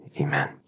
amen